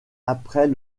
après